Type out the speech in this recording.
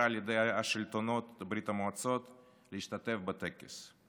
על ידי השלטונות בברית המועצות להשתתף בטקס.